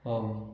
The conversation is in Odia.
ହଉ